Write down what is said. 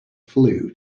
flue